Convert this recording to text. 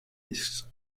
east